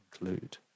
include